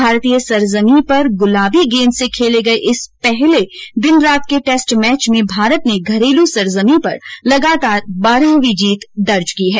भारतीय सरजमी पर गुलाबी गेंद से खेले गए इस पहले दिन रात के टैस्ट मैच में भारत ने घरेलू सरजमीं पर लगातार बारहवीं जीत दर्ज की है